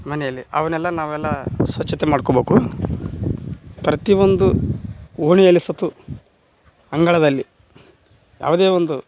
ಮನೆಯಲ್ಲಿ ಅವನ್ನೆಲ್ಲ ನಾವೆಲ್ಲ ಸ್ವಚ್ಛತೆ ಮಾಡ್ಕೊಬೇಕು ಪ್ರತಿ ಒಂದು ಓಣಿಯಲ್ಲಿ ಸತ್ತು ಅಂಗಳದಲ್ಲಿ ಯಾವುದೇ ಒಂದು